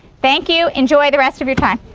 thank you. enjoy the rest of your time.